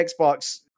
xbox